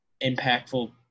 impactful